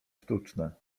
sztuczne